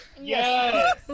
yes